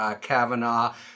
Kavanaugh